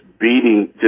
beating